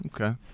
Okay